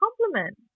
compliment